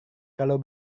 kalau